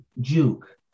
Juke